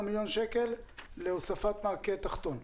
15 מיליון שקל לשנה להוספת מגן תחתון.